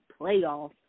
playoffs